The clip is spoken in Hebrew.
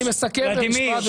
--- אני מסכם במשפט,